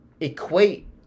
equate